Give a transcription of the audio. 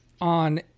on